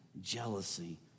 jealousy